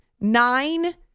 nine